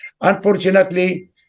Unfortunately